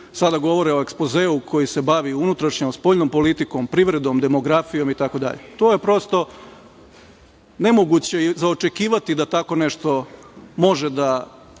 sada govore o ekspozeu koji se bavi unutrašnjom, spoljnom politikom, privredom, demografijom itd. To je, prosto, nemoguće za očekivati da tako nešto može da